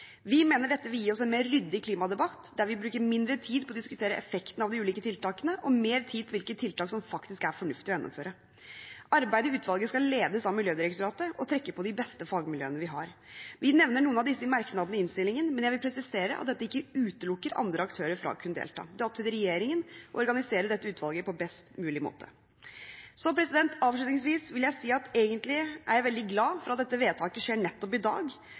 Vi mener dette vil gi oss en mer ryddig klimadebatt, der vi bruker mindre tid på å diskutere effekten av de ulike tiltakene og mer tid på hvilke tiltak som faktisk er fornuftig å gjennomføre. Arbeidet i utvalget skal ledes av Miljødirektoratet og trekke på de beste fagmiljøene vi har. Vi nevner noen av disse i merknadene i innstillingen, men jeg vil presisere at dette ikke utelukker andre aktører fra å kunne delta. Det er opp til regjeringen å organisere dette utvalget på best mulig måte. Avslutningsvis vil jeg si at jeg er veldig glad for at dette vedtaket skjer nettopp i dag.